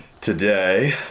today